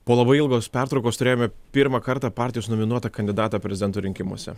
po labai ilgos pertraukos turėjome pirmą kartą partijos nominuotą kandidatą prezidento rinkimuose